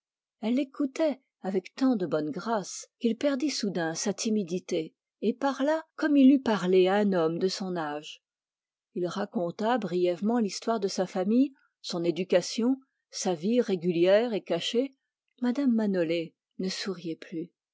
elle l'écoutait avec tant de bonne grâce qu'il perdait soudain sa timidité et parla comme il eût parlé à un homme de son âge il raconta brièvement l'histoire de sa famille son éducation sa vie régulière et cachée mme manolé ne souriait plus